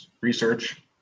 research